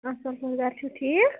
اَصٕل پٲٹھۍ گرِ چھِو ٹھیٖک